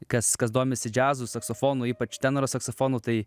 kas kas domisi džiazu saksofonu ypač tenoro saksofonu tai